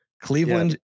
Cleveland